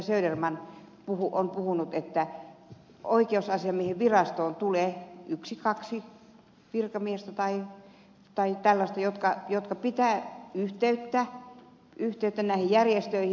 söderman on puhunut että oikeusasiamiehen virastoon tulee yksi kaksi virkamiestä tai tällaista jotka pitävät yhteyttä näihin järjestöihin